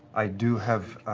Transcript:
i do have